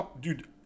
Dude